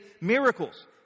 miracles